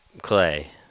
clay